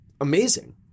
amazing